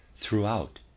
throughout